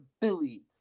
Billy